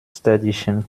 städtischen